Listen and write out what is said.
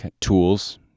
tools